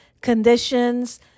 conditions